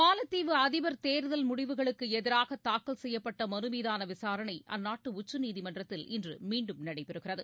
மாலத்தீவு அதிபா் தேர்தல் முடிவுகளுக்கு எதிராக தாக்கல் செய்யப்பட்ட மனு மீதான விசாரணை அந்நாட்டு உச்சநீதிமன்றத்தில் இன்று மீண்டும் நடைபெறுகிறது